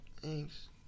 Thanks